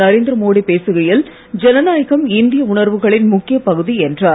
நரேந்திர மோடி பேசுகையில் ஜனநாயகம் இந்திய உணர்வுகளின் முக்கியப்பகுதி என்றார்